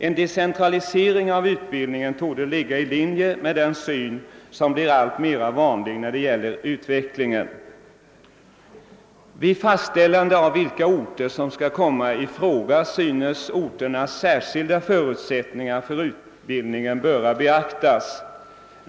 En decentralisering av utbildningen torde ligga i linje med det synsätt som blir alltmera vanligt. Vid fastställandet av vilka orter som skall komma i fråga synes orternas särskilda förutsättningar för utbildningen böra beaktas.